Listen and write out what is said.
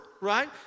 right